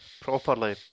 properly